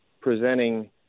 presenting